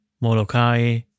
Molokai